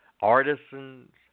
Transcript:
artisans